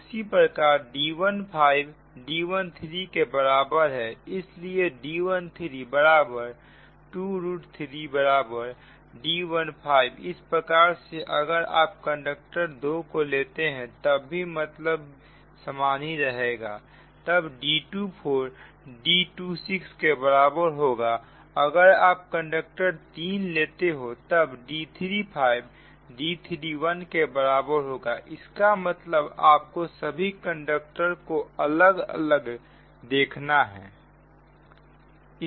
उसी प्रकार D15 D13 के बराबर है इसलिए D13 बराबर 23 बराबर D15 इस प्रकार से अगर आप कंडक्टर 2 को लेते हैं तब भी मतलब समान ही रहेगा तब D24 D26 के बराबर होगा अगर आप कंडक्टर 3 लेते हो तब D35 D31 के बराबर होगा इसका मतलब आपको सभी कंडक्टर को अलग अलग देखना है